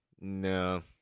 no